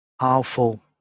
powerful